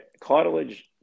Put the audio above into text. cartilage